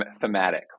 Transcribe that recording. thematic